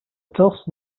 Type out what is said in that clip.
test